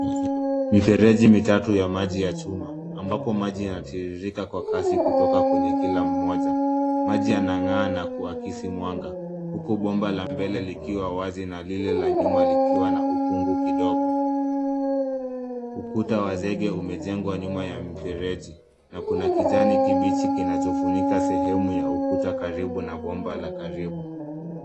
Mifereji mitatu ya maji ya chuma ambapo maji yanatiririka kwa kasi kutoka kwenye kila mmoja. Maji yanang'aa na kuakisi mwanga, huku bomba la mbele likiwa wazi na lile la nyuma likiwa na ukungu kidogo. Ukuta wa zege umejengwa nyuma ya mfereji na kuna kijani kibichi kinachofunika sehemu ya ukuta karibu na bomba la karibu.